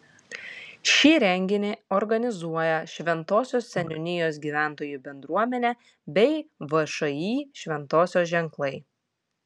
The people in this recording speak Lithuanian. šį renginį organizuoja šventosios seniūnijos gyventojų bendruomenė bei všį šventosios ženklai